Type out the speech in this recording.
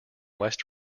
west